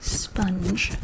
sponge